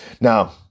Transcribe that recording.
Now